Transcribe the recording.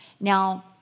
Now